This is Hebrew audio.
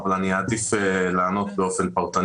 כשאני שומע את אלה שהיום נמצאים באופוזיציה וטוענים